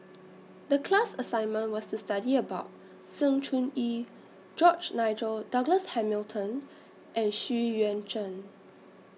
The class assignment was to study about Sng Choon Yee George Nigel Douglas Hamilton and Xu Yuan Zhen